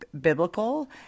biblical